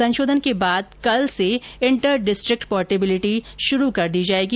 संशोधन के बाद कल से इंटर डिस्ट्रिक्ट पोर्टेबिलिटी शुरू कर दी जायेगी